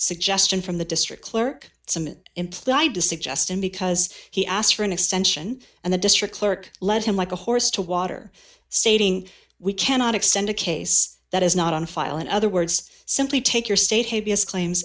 suggestion from the district clerk some implied to suggest him because he asked for an extension and the district clerk led him like a horse to water stating we cannot extend a case that is not on file in other words simply take your state habeas claims